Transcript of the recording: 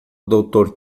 doutor